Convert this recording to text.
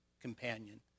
companion